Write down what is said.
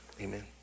Amen